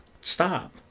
stop